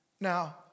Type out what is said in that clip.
Now